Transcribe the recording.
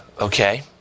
Okay